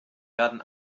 werden